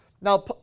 Now